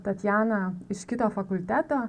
tatjaną iš kito fakulteto